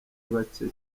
bacye